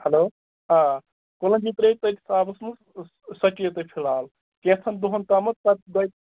hello آ کَلونٛجی ترٛٲوِو تٔتِس آبَس منٛز سۅ چیٚیِو تُہۍ فِلحال کیٚنٛژھَن دۅہَن تام پَتہٕ دۅیہِ